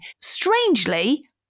Strangely